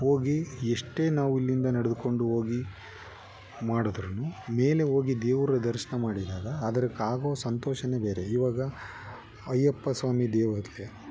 ಹೋಗಿ ಎಷ್ಟೇ ನಾವು ಇಲ್ಲಿಂದ ನಡೆದುಕೊಂಡು ಹೋಗಿ ಮಾಡಿದ್ರೂನು ಮೇಲೆ ಹೋಗಿ ದೇವರ ದರ್ಶನ ಮಾಡಿದಾಗ ಅದಕ್ಕೆ ಆಗೋ ಸಂತೋಷವೇ ಬೇರೆ ಇವಾಗ ಅಯ್ಯಪ್ಪ ಸ್ವಾಮಿ ದೇವರಿಗೆ